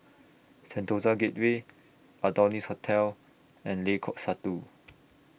Sentosa Gateway Adonis Hotel and Lengkok Satu